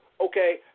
okay